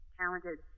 talented